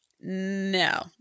No